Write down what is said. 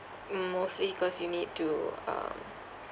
m~ mostly cause you need to um